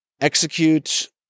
execute